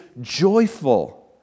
joyful